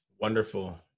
Wonderful